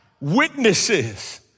witnesses